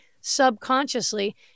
subconsciously